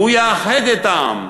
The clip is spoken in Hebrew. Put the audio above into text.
הוא יאחד את העם,